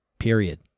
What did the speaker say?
period